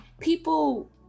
people